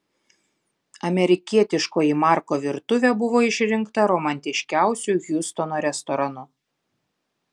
amerikietiškoji marko virtuvė buvo išrinkta romantiškiausiu hjustono restoranu